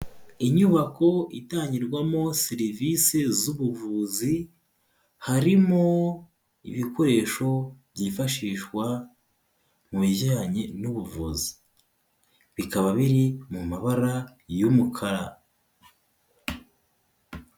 Inyubako itangirwamo serivisi z'ubuvuzi, harimo ibikoresho byifashishwa mu bijyanye n'ubuvuzi, bikaba biri mu mabara y'umukara.